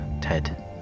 Ted